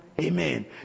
amen